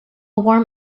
warm